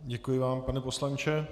Děkuji vám, pane poslanče.